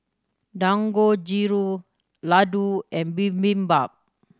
Dangojiru Ladoo and Bibimbap